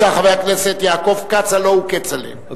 חבר הכנסת יעקב כץ, הלוא הוא כצל'ה, בבקשה.